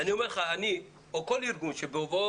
ואני אומר לך, אני או כל ארגון --- לקבל